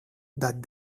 that